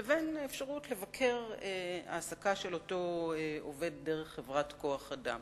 לבין אפשרות לבכר העסקה של אותו עובד דרך חברת כוח-אדם.